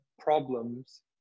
problems